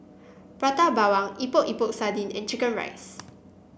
Prata Bawang Epok Epok Sardin and chicken rice